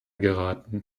geraten